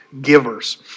givers